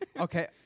Okay